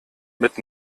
mit